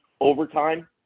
overtime